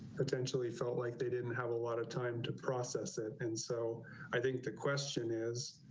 potentially felt like they didn't have a lot of time to process it. and so i think the question is